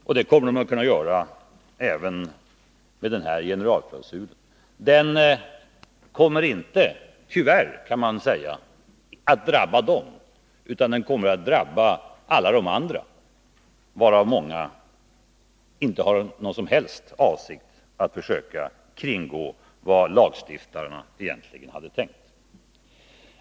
Och det kommer de att kunna göra även med den här generalklausulen. Den kommer inte — tyvärr, kan man säga — att drabba dem, utan den kommer att drabba alla de andra, varav många inte har någon som helst avsikt att försöka kringgå vad lagstiftarna egentligen hade tänkt.